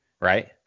right